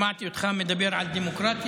שמעתי אותך מדבר על דמוקרטיה.